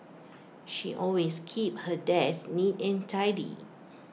she always keeps her desk neat and tidy